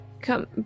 come